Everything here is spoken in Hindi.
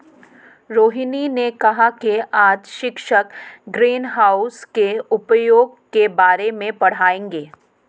रोहिनी ने कहा कि आज शिक्षक ग्रीनहाउस के उपयोग के बारे में पढ़ाएंगे